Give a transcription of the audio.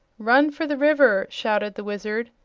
run for the river! shouted the wizard,